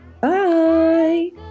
Bye